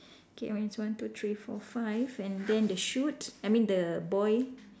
K mine is one two three four five and then the shoot I mean the boy